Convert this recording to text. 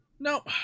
No